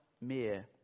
mere